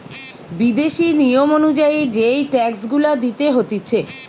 বিদেশি নিয়ম অনুযায়ী যেই ট্যাক্স গুলা দিতে হতিছে